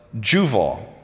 Juval